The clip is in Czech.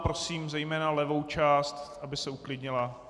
Prosím zejména levou část, aby se uklidnila.